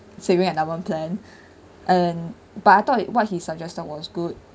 saving endowment plan and but I thought he what he suggested was good